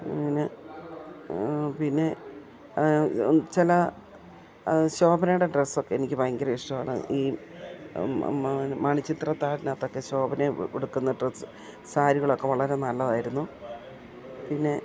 അങ്ങനെ പിന്നെ ചില ശോഭനയുടെ ഡ്രസ്സൊക്കെ എനിക്ക് ഭയങ്കര ഇഷ്ടമാണ് ഈ മ മണിചിത്രത്താഴിനകത്തൊക്കെ ശോഭന ഉടുക്കുന്ന ഡ്രസ്സ് സാരികളൊക്കെ വളരെ നല്ലതായിരുന്നു പിന്നെ